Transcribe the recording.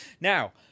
now